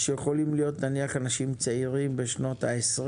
הם יכולים להיות למשל אנשים צעירים בשנות ה-20